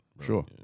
Sure